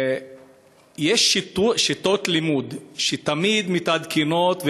יש שיטות לימוד שתמיד מתעדכנות,